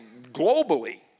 globally